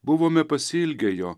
buvome pasiilgę jo